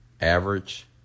Average